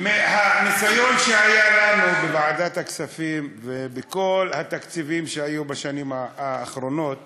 מהניסיון שהיה לנו בוועדת הכספים ובכל התקציבים שהיו בשנים האחרונות